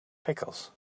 pickles